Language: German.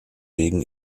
wegen